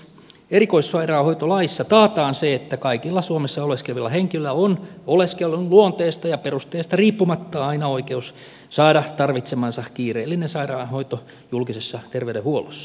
erikoissairaanhoitolaissa taataan se että kaikilla suomessa oleskelevilla henkilöillä on oleskelun luonteesta ja perusteesta riippumatta aina oikeus saada tarvitsemansa kiireellinen sairaanhoito julkisessa terveydenhuollossa